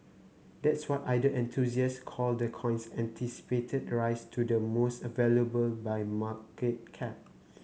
that's what ether enthusiasts call the coin's anticipated rise to the most valuable by market cap